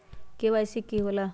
KYC का होला?